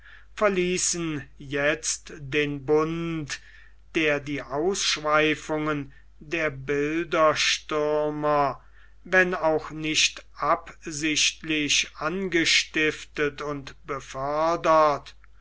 verließen jetzt den bund der die ausschweifungen der bilderstürmer wenn auch nicht absichtlich angestiftet und